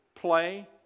play